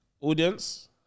audience